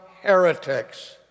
heretics